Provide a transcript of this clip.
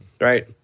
right